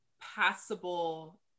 passable